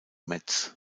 metz